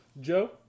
Joe